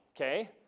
okay